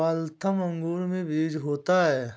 Waltham अंगूर में बीज होता है